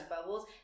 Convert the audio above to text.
bubbles